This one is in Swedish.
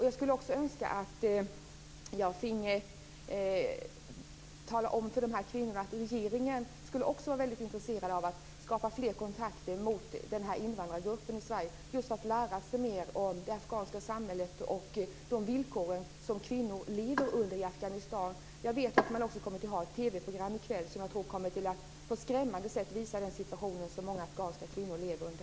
Jag skulle också önska att jag finge tala om för de här kvinnorna att även regeringen skulle vara intresserad av att skapa fler kontakter med den här invandrargruppen i Sverige och lära sig mer om det afghanska samhället och om de villkor som kvinnor i Afghanistan lever under. Jag vill också nämna att det i kväll ska visas ett TV-program som jag tror på ett skrämmande sätt kommer att visa den situation som många afghanska kvinnor lever i.